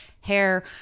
hair